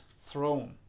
throne